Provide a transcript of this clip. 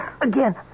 again